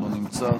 לא נמצא,